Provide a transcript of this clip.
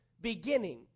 beginning